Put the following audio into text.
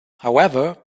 however